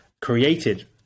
created